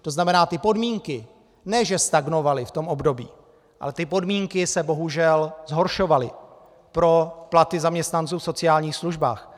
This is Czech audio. To znamená, ty podmínky ne že stagnovaly v tom období, ale ty podmínky se bohužel zhoršovaly pro platy zaměstnanců v sociálních službách.